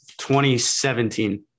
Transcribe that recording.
2017